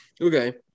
Okay